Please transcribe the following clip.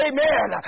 Amen